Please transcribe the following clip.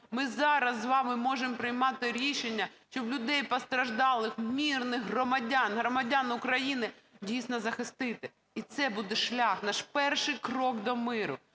Ми зараз з вами можемо приймати рішення, щоб людей постраждалих, мирних громадян, громадян України дійсно захистити. І це буде наш шлях, наш перший крок до миру.